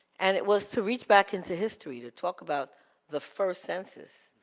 and it was to reach back into history, to talk about the first census.